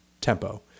tempo